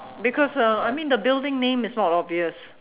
because uh I mean the building name is not obvious